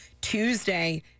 Tuesday